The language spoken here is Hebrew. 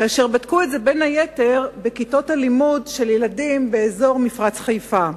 כאשר בדקו את זה בין היתר בכיתות הלימוד של ילדים באזור מפרץ חיפה.